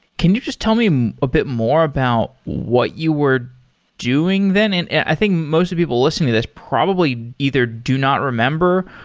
can you just tell me a bit more about what you were doing then? and i think most of people listening to this probably either do not remember,